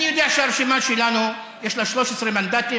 אני יודע שהרשימה שלנו, יש לה 13 מנדטים.